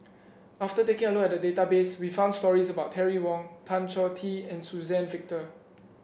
after taking a look at the database we found stories about Terry Wong Tan Choh Tee and Suzann Victor